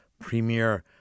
premier